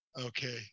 Okay